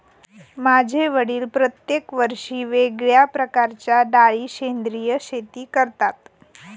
माझे वडील प्रत्येक वर्षी वेगळ्या प्रकारच्या डाळी सेंद्रिय शेती करतात